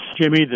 Jimmy